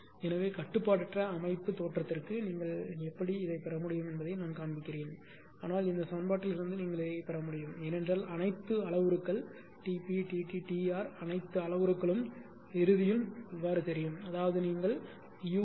எனவே கட்டுப்பாடற்ற அமைப்பு தோற்றத்திற்கு நீங்கள் எப்படிப் பெற முடியும் என்பதை நான் காண்பிக்கிறேன் ஆனால் இந்த சமன்பாட்டிலிருந்து நீங்கள் பெற முடியும் ஏனென்றால் அனைத்து அளவுருக்கள் T p T t T r அனைத்து அளவுருக்களும் இறுதியில் தெரியும் அதாவது நீங்கள் யூ 0